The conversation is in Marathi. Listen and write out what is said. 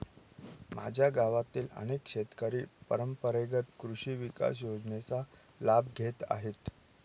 माझ्या गावातील अनेक शेतकरी परंपरेगत कृषी विकास योजनेचा लाभ घेत आहेत